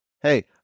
hey